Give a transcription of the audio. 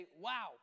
wow